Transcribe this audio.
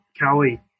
Cowie